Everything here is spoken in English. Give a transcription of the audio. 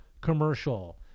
commercial